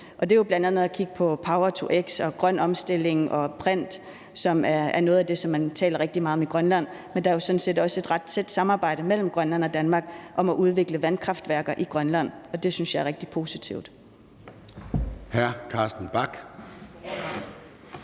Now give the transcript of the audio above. det er jo bl.a. at kigge på power-to-x og grøn omstilling og brint, som er noget af det, man taler rigtig meget om i Grønland, men der er jo sådan set også et ret tæt samarbejde mellem Grønland og Danmark om at udvikle vandkraftværker i Grønland, og det synes jeg er rigtig positivt.